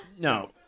no